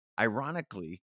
Ironically